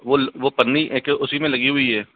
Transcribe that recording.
वो पन्नी उसी में लगी हुई है